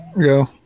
go